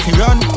run